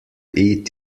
eat